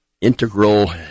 Integral